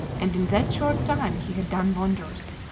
and in that short time he had done wonders.